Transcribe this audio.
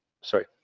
sorry